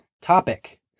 topic